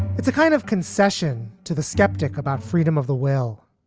it's a kind of concession to the skeptic about freedom of the well.